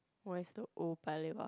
what is the old Paya-Lebar